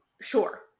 Sure